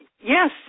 Yes